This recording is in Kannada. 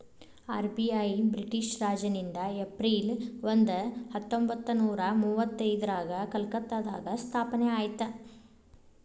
ಆರ್.ಬಿ.ಐ ಬ್ರಿಟಿಷ್ ರಾಜನಿಂದ ಏಪ್ರಿಲ್ ಒಂದ ಹತ್ತೊಂಬತ್ತನೂರ ಮುವತ್ತೈದ್ರಾಗ ಕಲ್ಕತ್ತಾದಾಗ ಸ್ಥಾಪನೆ ಆಯ್ತ್